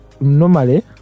normally